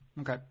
Okay